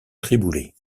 triboulet